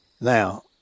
Now